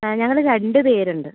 ഞങ്ങൾ രണ്ടുപേരുണ്ട്